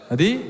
Adi